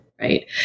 right